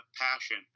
passion